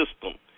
system